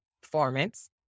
performance